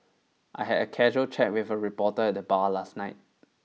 I had a casual chat with a reporter at the bar last night